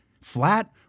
Flat